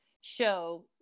show